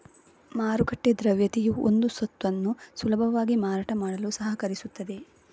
ಮಾರುಕಟ್ಟೆ ದ್ರವ್ಯತೆಯು ಒಂದು ಸ್ವತ್ತನ್ನು ಸುಲಭವಾಗಿ ಮಾರಾಟ ಮಾಡಲು ಸಹಕರಿಸುತ್ತದೆ